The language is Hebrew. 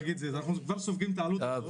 אנחנו סופגים את העלות.